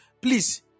Please